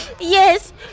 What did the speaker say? yes